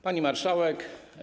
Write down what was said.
Pani Marszałek!